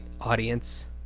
audience